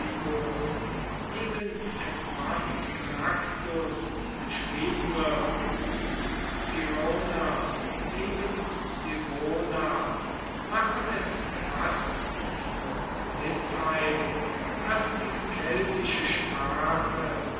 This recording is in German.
neben epasnactus geschrieben wird irona neben sirona machen es fast zur gewißheit daß die keltische sprache